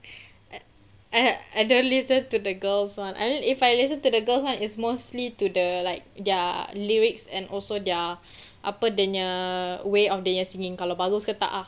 I I I don't listen to the girls one I mean if I listen to the girls one is mostly to the like their lyrics and also their apa dia punya way of they singing kalau bagus ke tak ah